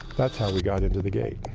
that's how we got into the gate.